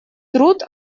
труд